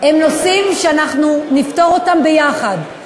אלה נושאים שנפתור אותם יחד.